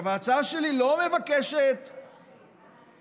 ההצעה שלי לא מבקשת לעשות,